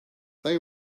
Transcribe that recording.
they